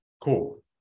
Cool